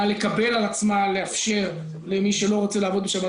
לקבל על עצמה לאפשר למי שלא רוצה לעבוד בשבת,